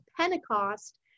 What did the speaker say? Pentecost